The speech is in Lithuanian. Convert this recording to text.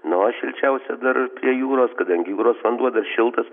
na o šilčiausia dar prie jūros kadangi jūros vanduo dar šiltas